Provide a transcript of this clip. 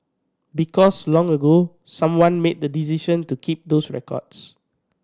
because long ago someone made the decision to keep these records